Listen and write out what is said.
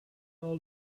all